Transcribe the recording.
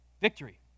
victory